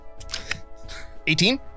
18